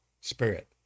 spirit